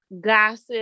gossip